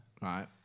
right